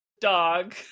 dog